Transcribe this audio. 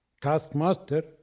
taskmaster